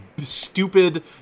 stupid